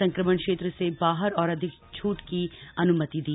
संक्रमण क्षेत्र से बाहर और अधिक छूट की अनुमति दी